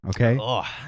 okay